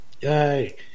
Yay